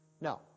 No